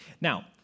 Now